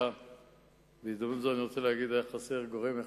היה חסר גורם אחד,